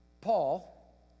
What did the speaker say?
Paul